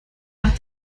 nach